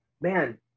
man